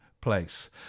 place